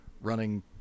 running